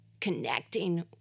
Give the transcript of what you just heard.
connecting